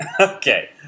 Okay